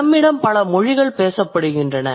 நம்மிடம் பல மொழிகள் பேசப்படுகின்றன